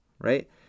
right